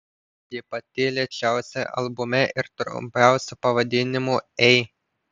ji pati lėčiausia albume ir trumpiausiu pavadinimu ei